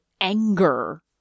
anger